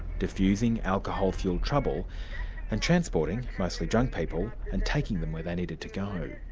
diffusing alcohol-fuelled trouble and transporting mostly drunk people, and taking them where they needed to go.